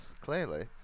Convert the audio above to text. clearly